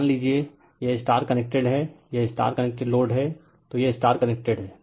मान लीजिए यह स्टार कनेक्टेड है यह स्टार कनेक्टेड लोड है तो यह स्टार कनेक्टेड है